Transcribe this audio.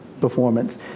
performance